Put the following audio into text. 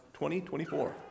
2024